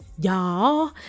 Y'all